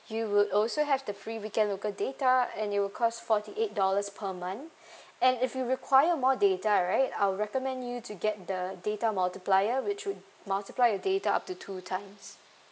you would also have the free weekend local data and it'll cost forty eight dollars per month and if you require more data right I'll recommend you to get the data multiplier which would multiply your data up to two times